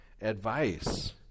advice